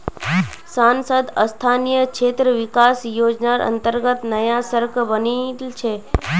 सांसद स्थानीय क्षेत्र विकास योजनार अंतर्गत नया सड़क बनील छै